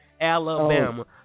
Alabama